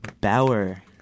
Bauer